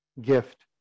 gift